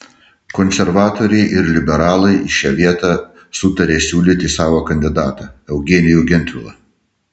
konservatoriai ir liberalai į šią vietą sutarė siūlyti savo kandidatą eugenijų gentvilą